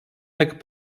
nek